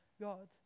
God